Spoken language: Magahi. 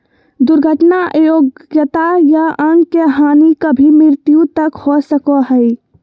दुर्घटना अयोग्यता या अंग के हानि कभी मृत्यु तक हो सको हइ